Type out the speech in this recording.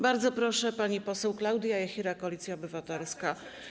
Bardzo proszę, pani poseł Klaudia Jachira, Koalicja Obywatelska.